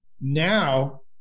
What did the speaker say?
now